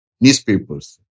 newspapers